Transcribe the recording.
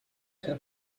się